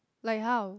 like how